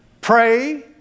Pray